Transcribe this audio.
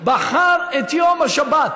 הוא בחר את יום השבת.